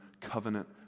covenant